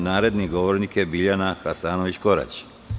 Naredni govornik je Biljana Hasanović Korać.